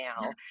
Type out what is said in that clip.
now